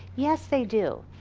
yes they do,